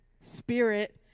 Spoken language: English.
spirit